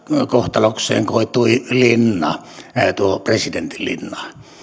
kohtalokseen koitui linna tuo presidentinlinna